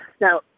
Now